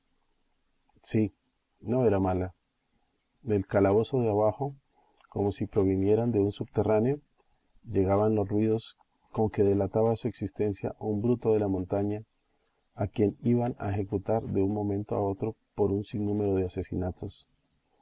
sí no era mala del calabozo de abajo como si provinieran de un subterráneo llegaban los ruidos con que delataba su existencia un bruto de la montaña a quien iban a ejecutar de un momento a otro por un sinnúmero de asesinatos